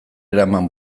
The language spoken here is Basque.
eraman